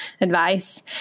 advice